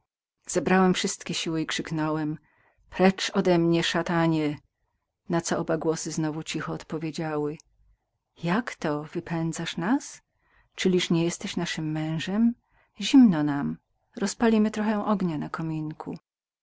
zebrałem wszystkie siły i krzyknąłem precz odemnie szatanie na co oba głosy znowu cicho odpowiedziały jako wypędzasz nas czyliż nas już nie kochasz zimno nam rozpalimy trocha ognia na kominku